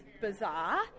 bizarre